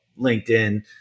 LinkedIn